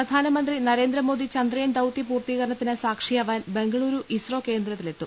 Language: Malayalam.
പ്രധാനമന്ത്രി നരേന്ദ്രമോദി ചന്ദ്രയാൻ ദൌത്യ പൂർത്തീകരണത്തിന് സാക്ഷിയാവാൻ ബെങ്കലൂരു ഇസ്രോ കേന്ദ്രത്തിലെത്തും